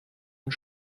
und